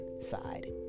side